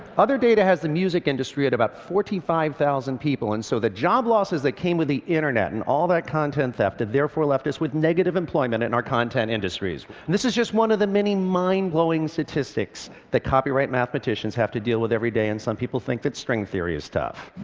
other data has the music industry at about forty five thousand people. and so the job losses that came with the internet and all that content theft, have therefore left us with negative employment in our content industries. and this is just one of the many mind-blowing statistics that copyright mathematicians have to deal with every day. and some people think that string theory is tough.